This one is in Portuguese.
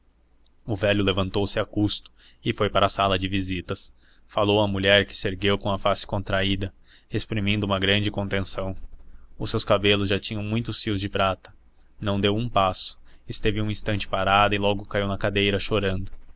o velho levantou-se a custo e foi para a sala de visitas falou à mulher que se ergueu com a face contraída exprimindo uma grande contensão os seus cabelos já tinham muitos fios de prata não deu um passo esteve um instante parada e logo caiu na cadeira chorando